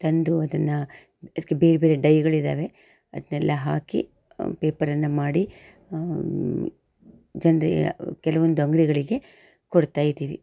ತಂದು ಅದನ್ನು ಅದಕ್ಕೆ ಬೇರೆ ಬೇರೆ ಡೈಗಳಿದ್ದಾವೆ ಅದನ್ನೆಲ್ಲ ಹಾಕಿ ಪೇಪರನ್ನು ಮಾಡಿ ಜನರಿಗೆ ಕೆಲವೊಂದು ಅಂಗಡಿಗಳಿಗೆ ಕೊಡ್ತಾ ಇದ್ದೀವಿ